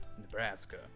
Nebraska